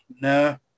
No